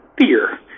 fear